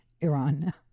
iran